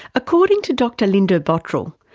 according to dr linda botterill,